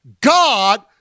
God